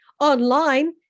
online